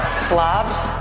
slobs,